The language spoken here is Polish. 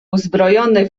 uzbrojony